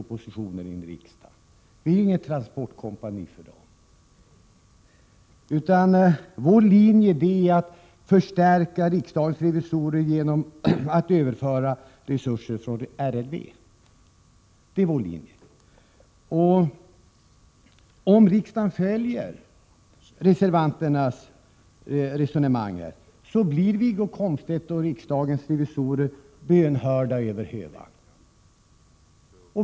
Vi är inget transportkompani för regeringen. Vår linje är att förstärka riksdagens revisorer genom att överföra resurser från RRV. Om riksdagen följer reservanternas resonemang blir Wiggo Komstedt och riksdagens revisorer bönhörda över hövan.